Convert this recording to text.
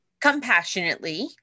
compassionately